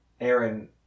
Aaron